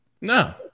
No